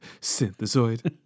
synthesoid